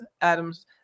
Adams